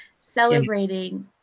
celebrating